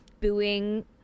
booing